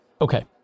Okay